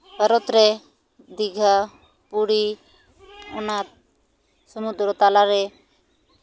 ᱵᱷᱟᱨᱚᱛ ᱨᱮ ᱫᱤᱜᱷᱟᱹ ᱯᱩᱨᱤ ᱚᱱᱟ ᱥᱚᱢᱩᱫᱨᱚ ᱛᱟᱞᱟ ᱨᱮ